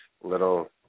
little